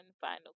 final